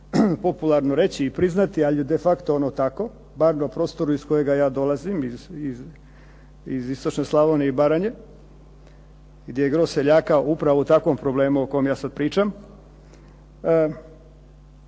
popularno reći i priznati, ali je de facto ono tako bar na prostoru iz kojega ja dolazim, iz istočne Slavonije i Baranje gdje je gro seljaka upravo u takvom problemu o kojem ja sad pričam